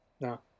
no